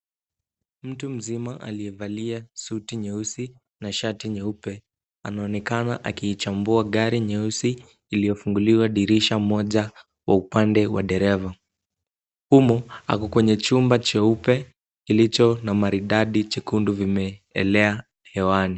Mtu mzima aliyevalia suti nyeusi na shati nyeupe, anaonekana akiichambua gari nyeusi iliyofunguliwa dirisha moja wa upande wa dereva. Humu ako kwenye chumba cheupe kilicho na maridadi chekundu vimeelea hewani.